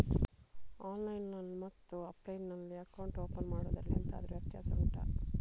online ಮತ್ತು offline ನಲ್ಲಿ account open ಮಾಡುವುದರಲ್ಲಿ ಎಂತಾದರು ವ್ಯತ್ಯಾಸ ಉಂಟಾ